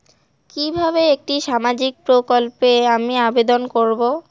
কিভাবে একটি সামাজিক প্রকল্পে আমি আবেদন করব?